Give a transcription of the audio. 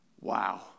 Wow